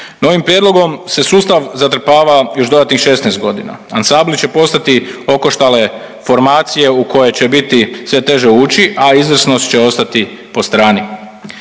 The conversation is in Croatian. Novim prijedlogom se sustav zatrpava još dodatnih 16 godina. Ansambli će postati okoštale formacije u koje će biti sve teže ući, a izvrsnost će ostati po strani.